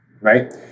right